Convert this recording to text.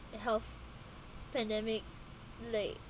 a health pandemic like